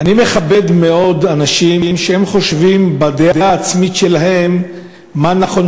אני מכבד מאוד אנשים שחושבים לפי הדעה העצמית שלהם מה נכון,